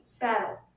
battle